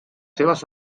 seves